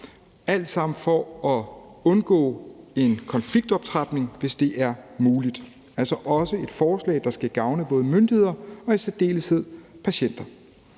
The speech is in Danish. alt sammen for at undgå en konfliktoptrapning, hvis det er muligt. Det er altså også et forslag, der skal gavne både myndigheder og især patienter.